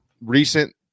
recent